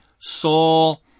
Saul